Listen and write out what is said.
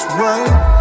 right